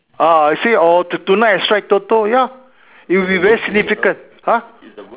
ah see or tonight I strike Toto ya it will be very significant !huh!